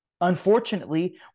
Unfortunately